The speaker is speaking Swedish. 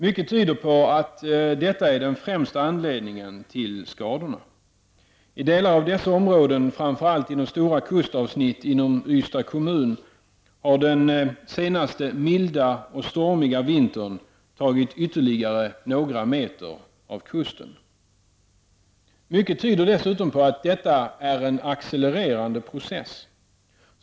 Mycket tyder på att detta är den främsta anledningen till skadorna. I delar av dessa områden, framför allt inom stora kustavsnitt inom Ystad kommun, har den senaste milda och stormiga vintern tagit ytterligare några meter av kusten. Mycket tyder dessutom på att detta är en accelererande process.